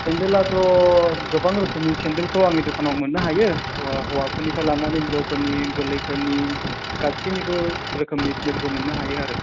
सेन्देलआथ' गोबां रोखोमनि सेन्देलखौ आंनि दखानाव मोननो हायो हौवाफोरनिफ्राय लानानै हिनजावफोरनि गोरलैफोरनि गासैनिबो रोखोमनि सेन्देलखौ मोननो हायो आरो